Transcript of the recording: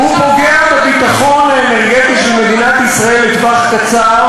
הוא פוגע בביטחון האנרגטי של מדינת ישראל לטווח קצר,